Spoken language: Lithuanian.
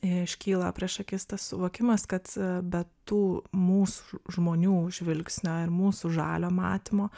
iškyla prieš akis tas suvokimas kad be tų mūs žmonių žvilgsnio ir mūsų žalio matymo